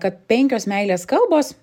kad penkios meilės kalbos